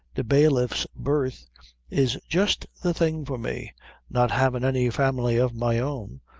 the bailiff's berth is jist the thing for me not havin' any family of my own,